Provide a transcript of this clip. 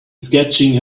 sketching